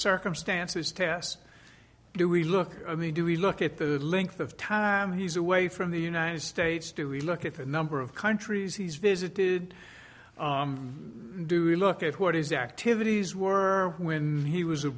circumstances test do we look i mean do we look at the length of time he's away from the united states do we look at the number of countries he's visited do we look at what is the activities were when he was